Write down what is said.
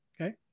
okay